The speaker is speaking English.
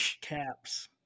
caps